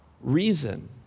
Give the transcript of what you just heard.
reason